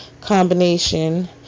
combination